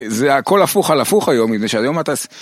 זה הכל הפוך על הפוך היום, מפני שהיום אתה...